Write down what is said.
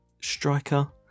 striker